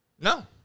No